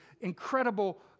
incredible